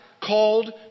called